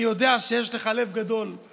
אני יודע שיש לך לב גדול,